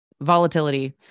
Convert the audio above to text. Volatility